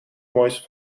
mooiste